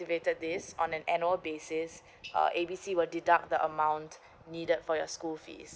activated this on an annual basis ugh A B C will deduct the amount needed for your school fees